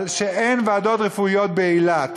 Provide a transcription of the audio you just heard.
דיון על כך שאין ועדות רפואיות באילת.